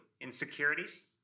Insecurities